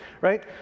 Right